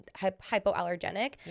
hypoallergenic